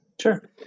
Sure